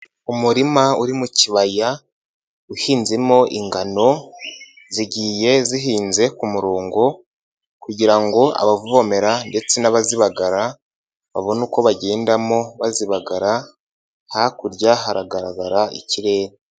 Umurima uri mu kibaya, uhinzemo ingano, zigiye zihinze ku murongo kugira ngo abavomera ndetse n'abazibagara babone uko bagendamo bazibagara, hakurya haragaragara ikirere.